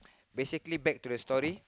basically back to the story